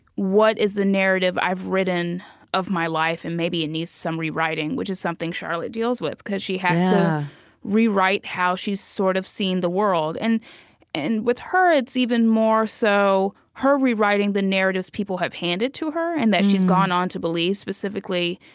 what is the narrative i've written of my life, and maybe it needs some rewriting which is something charlotte deals with, because she has to rewrite how she's sort of seen the world. and and with her, it's even more so her rewriting the narratives people have handed to her and that she's gone on to believe specifically,